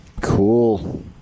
Cool